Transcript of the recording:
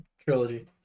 trilogy